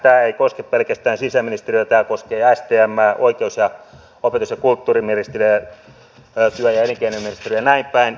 tämä ei koske pelkästään sisäministeriötä tämä koskee stmää oikeus ja opetus ja kulttuuriministeriötä työ ja elinkeinoministeriötä ja näinpäin